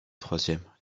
troisième